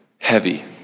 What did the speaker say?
heavy